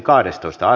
asia